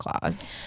clause